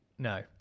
No